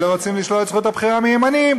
אלה רוצים לשלול את זכות הבחירה מימנים,